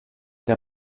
der